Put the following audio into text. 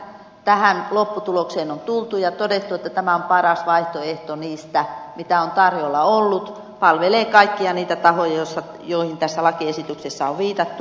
tähän lopputulokseen on tultu ja on todettu että tämä on paras vaihtoehto niistä mitä on tarjolla ollut tämä palvelee kaikkia niitä tahoja joihin tässä lakiesityksessä on viitattu